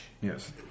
Yes